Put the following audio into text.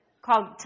Called